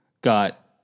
got